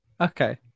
Okay